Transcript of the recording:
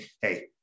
Hey